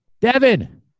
Devin